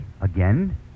again